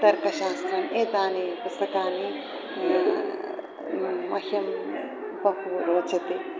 तर्कशास्त्रम् एतानि पुस्तकानि मह्यं बहुरोचन्ते